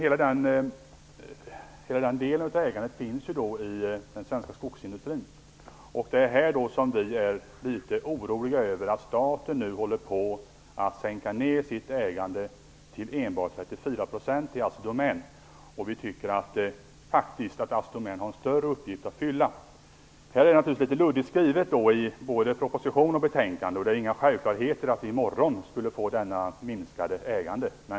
Alla de delarna finns i den svenska skogsindustrin. Vi är litet oroade över att staten nu håller på att minska sitt ägande till enbart 34 % i Assi Domän. Vi tycker faktiskt att Assi Domän har en större uppgift att fylla. Det är litet luddigt skrivet både i proposition och betänkande, och det är inga självklarheter att vi i morgon får detta minskade ägande.